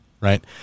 right